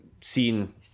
Seen